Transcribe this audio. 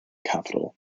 capital